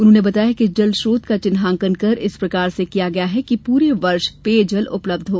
उन्होंने बताया कि जल स्रोत का चिन्हांकन इस प्रकार से किया गया है कि पूरे वर्ष पेयजल उपलब्ध हो